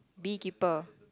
bee keeper